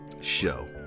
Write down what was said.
show